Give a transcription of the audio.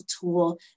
tool